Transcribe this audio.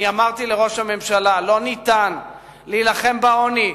אמרתי לראש הממשלה, לא ניתן להילחם בעוני,